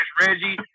Reggie